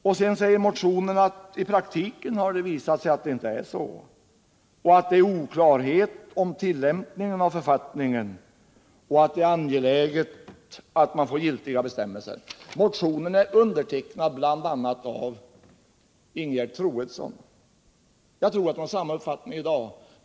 I praktiken har det, enligt motionärerna, visat sig att personal som anhållit om befrielse i vissa fall icke fått den beviljad. Man menar att det råder oklarhet om tillämpningen av författningen och att det är angeläget att man får giltiga bestämmelser. Motionen är undertecknad av bl.a. Ingegerd Troedsson, och jag tror att hon har samma uppfattning i dag.